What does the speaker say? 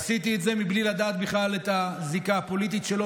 עשיתי את זה בלי לדעת בכלל את הזיקה הפוליטית שלו,